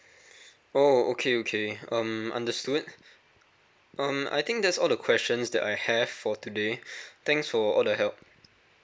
oh okay okay um understood um I think that's all the questions that I have for today thanks for all the help